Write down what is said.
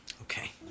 Okay